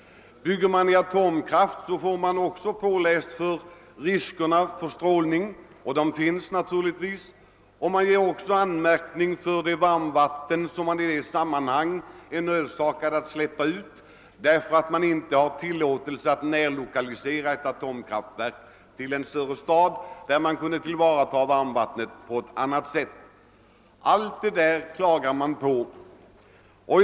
Bygger man ett atomkraftverk, påpekas riskerna för strålning, som naturligtvis finns, och det görs även anmärkningar mot att man är nödsakad att släppa ut varmvatten därför att man inte får närlokalisera ett atom kraftverk vid en större stad, där varmvatinet kunde tillvaratas.